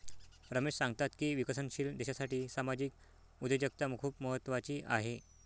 रमेश सांगतात की विकसनशील देशासाठी सामाजिक उद्योजकता खूप महत्त्वाची आहे